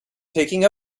taking